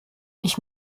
ich